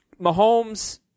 Mahomes